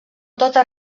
totes